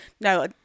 No